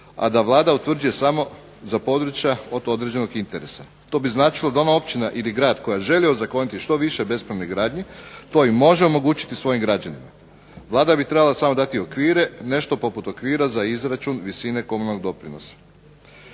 a da Vlada utvrđuje samo za područja od određenog interesa. To bi značilo da ona općina ili grad koja želi ozakoniti što više bespravnih gradnji to i može omogućiti svojim građanima. Vlada bi trebala samo dati okvire, nešto poput okvira za izračun visine komunalnog doprinosa.